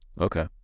Okay